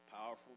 powerful